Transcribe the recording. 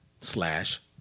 slash